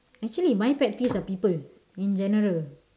actually my pet peeves are people in general